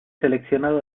seleccionado